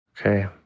Okay